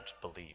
believe